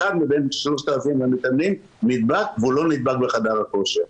אחד מבין 3,000 המתאמנים נדבק והוא לא נדבק בחדר הכושר,